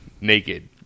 naked